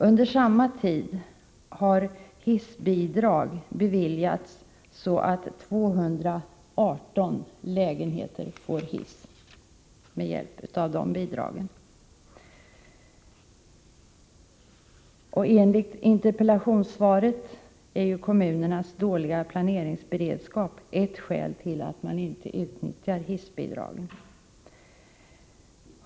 Under samma tid har hissbidrag beviljats så att 218 lägenheter får hiss med hjälp av bidraget. Enligt interpellationssvaret är kommunernas dåliga planeringsberedskap ett skäl till att man inte utnyttjar hissbidrag.